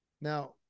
Now